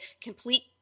complete